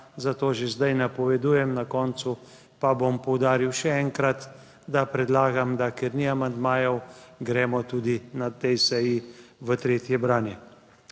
zato že zdaj napovedujem, na koncu pa bom poudaril še enkrat, da predlagam, da ker ni amandmajev, gremo tudi na tej seji v tretje branje.